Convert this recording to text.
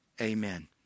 Amen